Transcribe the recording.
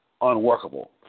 unworkable